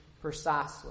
Precisely